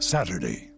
Saturday